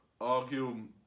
argue